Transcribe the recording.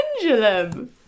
pendulum